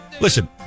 Listen